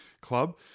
club